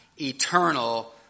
eternal